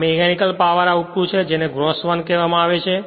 આ mechanical power output છે જેને ગ્રોસ વન કહેવામાં આવે છે